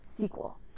sequel